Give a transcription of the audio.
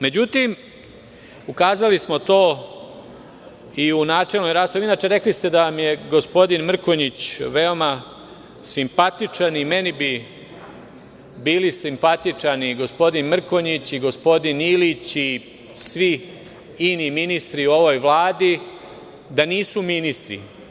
Međutim, ukazali smo to i u načelnoj raspravi, rekli ste da vam je gospodin Mrkonjić veoma simpatičan, a i meni bi bili simpatični gospodin Mrkonjić i gospodin Ilić i svi fini ministri u ovoj vladi da nisu ministri.